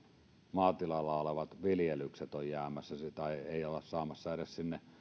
maatilalla olevia viljelyksiä ei olla saamassa niin sanotusti edes sinne